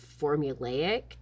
formulaic